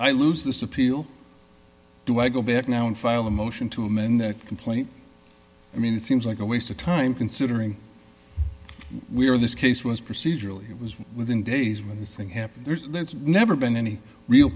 i lose this appeal do i go back now and file a motion to amend that complaint i mean it seems like a waste of time considering we are in this case was procedurally it was within days when this thing happened there's never been any real